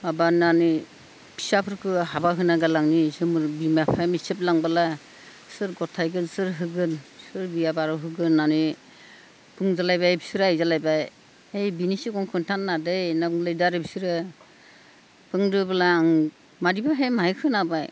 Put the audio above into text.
माबानानै फिसाफोरखौ हाबा होनानै गारलांनि बिमा बिफाया मिसेब लांबाला सोर गथायगोन सोर होगोन सोर बिया बार' होगोन होन्नानै बुंज्लायबाय बिसोरो रायज्लायबाय ओय बिनि सिगाङाव खिनथानो नाङा दै होन्ना बुंलायदों आरो बिसोरो बुंदोब्ला आं मादिबाहाय माहाय खोनाबाय